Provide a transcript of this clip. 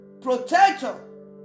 protector